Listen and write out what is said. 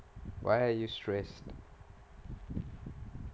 why are you stressed